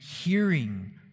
hearing